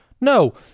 no